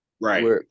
Right